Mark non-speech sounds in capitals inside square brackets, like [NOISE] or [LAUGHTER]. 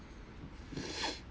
[BREATH]